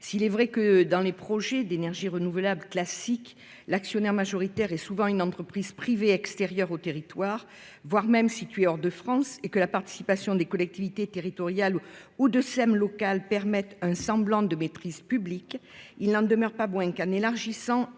S'il est vrai que, dans les projets d'énergie renouvelable classiques, l'actionnaire majoritaire est souvent une entreprise privée extérieure au territoire, voire située hors de France, et que la participation de collectivités territoriales ou de SEML permet un semblant de maîtrise publique, il n'en demeure pas moins qu'en élargissant